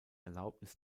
erlaubnis